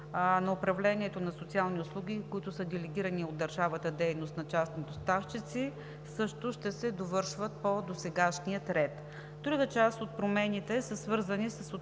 на управлението на социални услуги, които са делегирани от държавата дейности, на частни доставчици ще се довършат по досегашния ред. Друга част от промените са свързани с